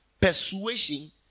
persuasion